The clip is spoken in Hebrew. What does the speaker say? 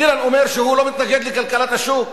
אילן אומר שהוא לא מתנגד לכלכלת השוק.